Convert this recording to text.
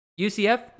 UCF